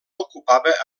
ocupava